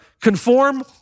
conform